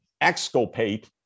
exculpate